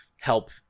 help